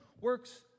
works